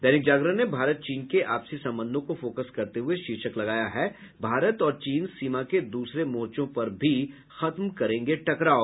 दैनिक जागरण ने भारत चीन के आपसी संबंधों को फोकस करते हुये शीर्षक लगाया है भारत और चीन सीमा के दूसरे मोर्चों पर भी खत्म करेंगे टकराव